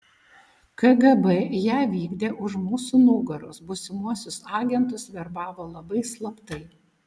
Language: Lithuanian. kgb ją vykdė už mūsų nugaros būsimuosius agentus verbavo labai slaptai